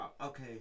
Okay